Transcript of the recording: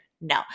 No